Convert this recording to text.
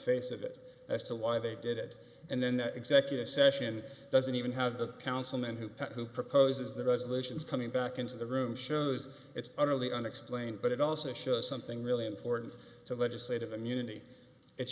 face of it as to why they did it and then that executive session doesn't even have the councilman who who proposes the resolutions coming back into the room shows it's utterly unexplained but it also shows something really important to legislative immunity it